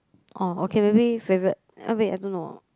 oh okay maybe favourite uh wait I don't know